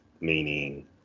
Meaning